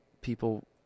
people